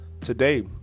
Today